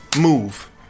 move